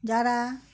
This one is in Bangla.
যারা